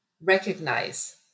recognize